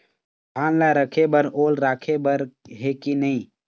धान ला रखे बर ओल राखे बर हे कि नई?